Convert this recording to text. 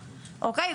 או-קיי?